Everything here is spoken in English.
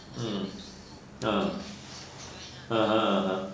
hmm ha (uh huh) (uh huh)